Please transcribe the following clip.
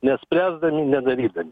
nespręsdami nedarydami